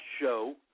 show